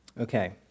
Okay